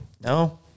No